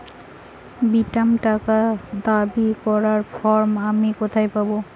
বীমার টাকা দাবি করার ফর্ম আমি কোথায় পাব?